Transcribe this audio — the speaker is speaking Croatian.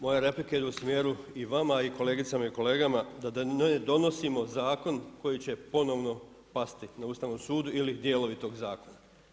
Moja replika ide u smjeru i vama i kolegicama i kolegama da ne donosimo zakon koji će ponovno pasti na Ustavnom sudu ili dijelovi tog zakona.